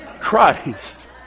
Christ